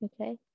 Okay